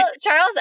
Charles